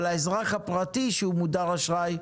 אבל האזרח הפרטי שהוא מודר אשראי,